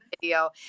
video